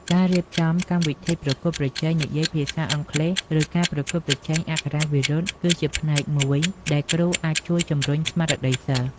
ការរៀបចំកម្មវិធីប្រកួតប្រជែងនិយាយភាសាអង់គ្លេស ឬការប្រកួតប្រជែងអក្ខរាវិរុទ្ធ គឺជាផ្នែកមួយដែលគ្រូអាចជួយជំរុញស្មារតីសិស្ស។